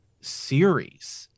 series